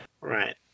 right